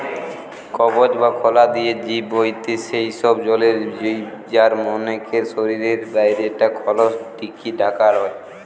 কবচ বা খলা দিয়া জিব হয়থে সেই সব জলের জিব যার মনকের শরীরের বাইরে টা খলস দিকি ঢাকা রয়